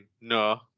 no